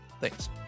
thanks